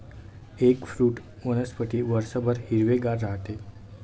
eggfruit वनस्पती वर्षभर हिरवेगार राहते